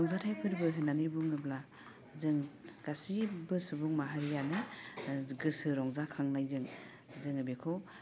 रंजाथाइ फोरबो होननानै बुङोब्ला जों गासिबबो सुबुं माहारियानो गोसो रंजाखांनायजों जोङो बेखौ